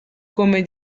come